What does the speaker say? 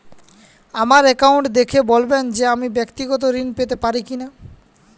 আমার অ্যাকাউন্ট দেখে বলবেন যে আমি ব্যাক্তিগত ঋণ পেতে পারি কি না?